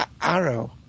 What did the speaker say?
Arrow